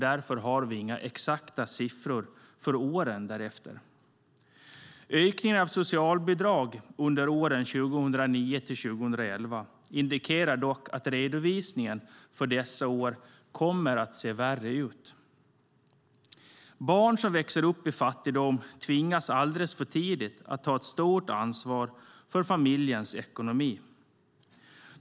Därför har vi inga exakta siffror för åren därefter. Ökningen av socialbidragen under åren 2009-2011 indikerar dock att redovisningen för detta år kommer att se värre ut. Barn som växer upp i fattigdom tvingas alldeles för tidigt att ta ett stort ansvar för familjens ekonomi.